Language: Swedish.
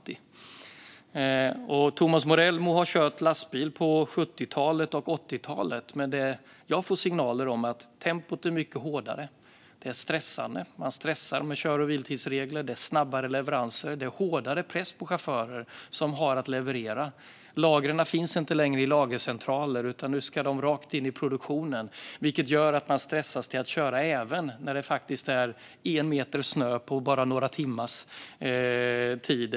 Thomas Morell må ha kört lastbil på 70-talet och 80-talet, men de signaler jag får är att tempot är mycket hårdare nu. Man stressar med kör och vilotidstidsregler. Det är snabbare leveranser, och det är hårdare press på chaufförer som har att leverera. Lagren finns inte längre i lagercentraler, utan nu ska de rakt in i produktionen, vilket gör att man stressas till att köra även när det kommit en meter snö på bara några timmars tid.